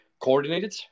coordinated